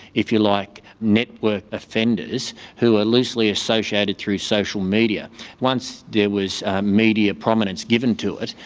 if you like, networked offenders who are loosely associated through social media. once there was media prominence given to it,